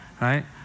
Right